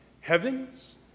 heavens